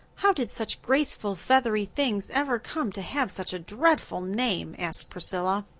how did such graceful feathery things ever come to have such a dreadful name? asked priscilla.